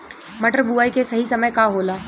मटर बुआई के सही समय का होला?